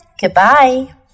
goodbye